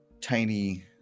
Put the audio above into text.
tiny